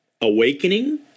awakening